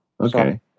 Okay